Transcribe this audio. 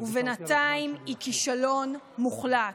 ובינתיים היא כישלון מוחלט.